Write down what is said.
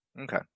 Okay